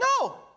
no